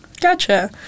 Gotcha